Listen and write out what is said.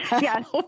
Yes